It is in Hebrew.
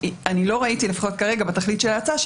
לא ראיתי לפחות כרגע בתכלית של ההצעה,